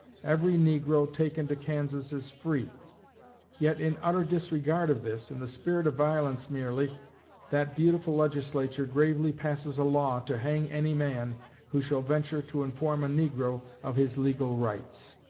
every negro taken to kansas is free yet in utter disregard of this in the spirit of violence merely that beautiful legislature gravely passes a law to hang any man who shall venture to inform a negro of his legal rights.